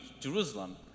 Jerusalem